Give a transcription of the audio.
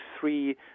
three